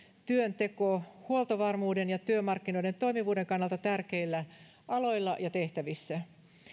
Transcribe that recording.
työnteko huoltovarmuuden ja työmarkkinoiden toimivuuden kannalta tärkeillä aloilla ja tehtävissä